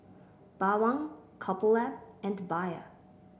Bawang Couple Lab and Bia